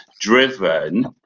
driven